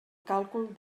càlcul